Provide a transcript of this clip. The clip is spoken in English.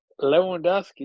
Lewandowski